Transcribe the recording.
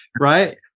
Right